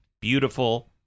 beautiful